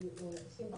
שאני כמשפטנית,